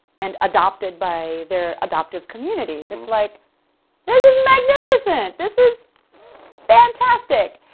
and adopted by their adoptive communities. it's like this is magnificent! this is fantastic!